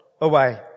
away